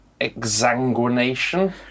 Exanguination